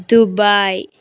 Dubai